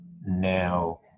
now